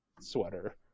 sweater